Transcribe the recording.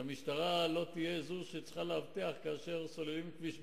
שהמשטרה לא תהיה זו שצריכה לאבטח כאשר סוללים כביש בלילה.